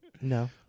no